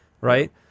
right